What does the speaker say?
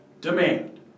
Demand